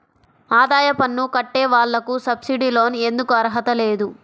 ఆదాయ పన్ను కట్టే వాళ్లకు సబ్సిడీ లోన్ ఎందుకు అర్హత లేదు?